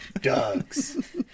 dogs